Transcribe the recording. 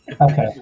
Okay